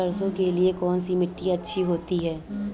सरसो के लिए कौन सी मिट्टी अच्छी होती है?